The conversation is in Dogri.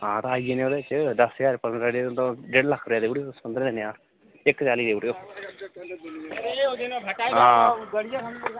तां आं आई जाने ओह्दे च दस्स ज्हार पर डे दा तां डेढ़ लक्ख रपेआ देई ओड़ेओ तुस पंदरां दिनें दा इक चाली देई ओड़ेओ